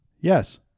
yes